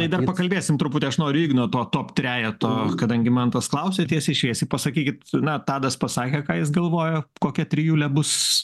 tai dar pakalbėsim truputį aš noriu igno top trejeto kadangi mantas klausė tiesiai šviesiai pasakykit na tadas pasakė ką jis galvojo kokia trijulė bus